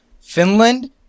Finland